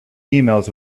emails